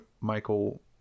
Michael